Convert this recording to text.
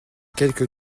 quelques